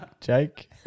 Jake